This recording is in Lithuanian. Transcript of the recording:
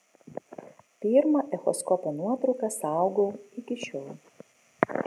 pirmą echoskopo nuotrauką saugau iki šiol